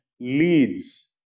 leads